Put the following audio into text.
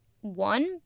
One